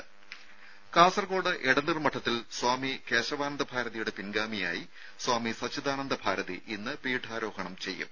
രുര കാസർകോട് എടനീർ മഠത്തിൽ സ്വാമി കേശവാനന്ദ ഭാരതിയുടെ പിൻഗാമിയായി സ്വാമി സച്ചിദാനന്ദ ഭാരതി ഇന്ന് പീഠാരോഹണം ചെയ്യും